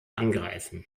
angreifen